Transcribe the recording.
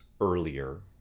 earlier